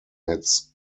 its